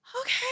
Okay